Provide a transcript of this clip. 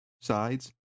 sides